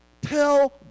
Tell